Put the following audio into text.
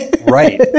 Right